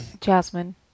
Jasmine